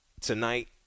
tonight